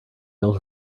built